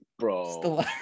Bro